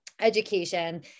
education